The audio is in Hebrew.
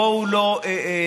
בואו לא ניתמם,